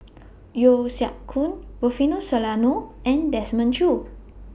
Yeo Siak Goon Rufino Soliano and Desmond Choo